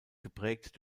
geprägt